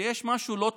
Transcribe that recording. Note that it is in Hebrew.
שיש משהו לא תקין.